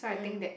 mm